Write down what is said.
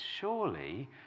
Surely